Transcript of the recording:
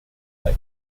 fly